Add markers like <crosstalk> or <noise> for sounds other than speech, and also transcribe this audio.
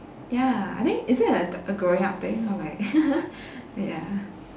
ya I think is that a t~ growing up thing or like <laughs> ya